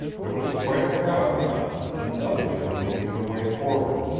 there was quite a crowd around them, and others were making their way forward.